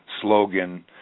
slogan